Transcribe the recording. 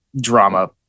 drama